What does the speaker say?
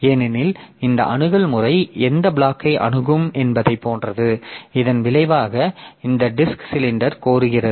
ஏனெனில் இந்த அணுகல் முறை எந்தத் பிளாகை அணுகும் என்பதைப் போன்றது இதன் விளைவாக இந்த டிஸ்க் சிலிண்டர் கோருகிறது